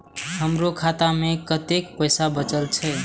हमरो खाता में कतेक पैसा बचल छे?